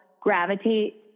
gravitate